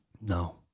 no